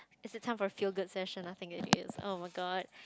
is it time for a feel good session I think it is oh-my-god